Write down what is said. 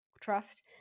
trust